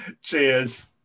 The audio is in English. Cheers